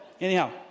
anyhow